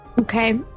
Okay